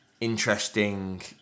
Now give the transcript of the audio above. interesting